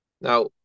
Now